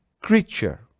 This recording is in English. creature